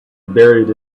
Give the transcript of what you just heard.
buried